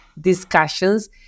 discussions